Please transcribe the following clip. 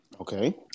Okay